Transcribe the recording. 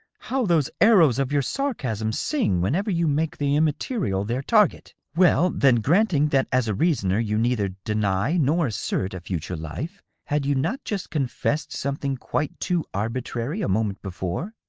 how those arrows of your sarcasm sing whenever you make the immaterial their target. well, then, granting that as a reasoner you neither deny nor assert a future life, had you not just confessed something quite too arbitrary a moment before?